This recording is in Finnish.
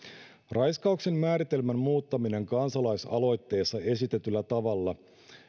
raiskauksen määritelmän muuttaminen kansalaisaloitteessa esitetyllä tavalla